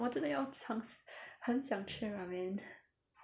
我真的要很想吃 ramen